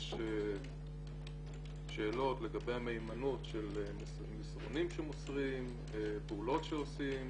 יש שאלות לגבי המהימנות של מסרונים שמוסרים ופעולות שעושים.